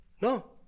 no